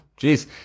jeez